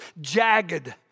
jagged